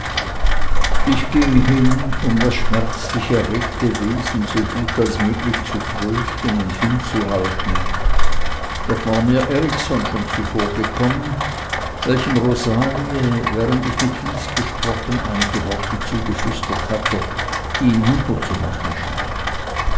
ich ging hin um das schmerzlich erregte wesen so gut möglich zu trösten und hinzuhalten doch war mir erikson schon zuvorgekommen welchem rosalie während ich mit lys gesprochen einige worte zugeflüstert hatte die ihn munter zu machen schienen